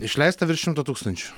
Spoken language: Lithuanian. išleista virš šimto tūkstančių